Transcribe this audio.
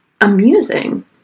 amusing